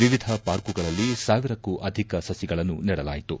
ವಿವಿಧ ಪಾರ್ಕುಗಳಲ್ಲಿ ಸಾವಿರಕ್ಕೂ ಅಧಿಕ ಸುಗಳನ್ನು ನೆಡಲಾಯಿತು